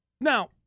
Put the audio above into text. Now